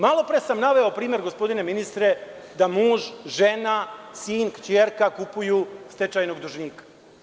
Malopre sam naveo primer, gospodine ministre, da muž, žena, sin, ćerka, kupuju od stečajnog dužnika.